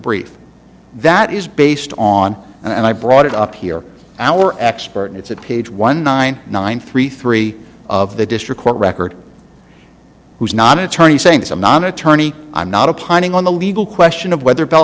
brief that is based on and i brought it up here our expert it's at page one nine nine three three of the district court record who's not an attorney saying this anon attorney i'm not a piling on the legal question of whether bell